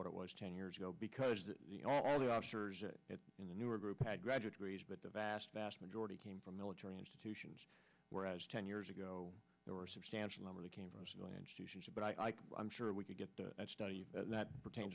what it was ten years ago because all the officers in the newer group had graduate degrees but the vast vast majority came from military institutions whereas ten years ago there were a substantial number of civilian but i i'm sure we could get that poten